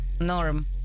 Norm